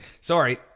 Sorry